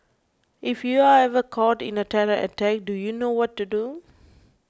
if you are ever caught in a terror attack do you know what to do